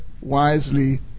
wisely